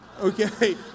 okay